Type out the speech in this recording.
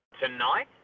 Tonight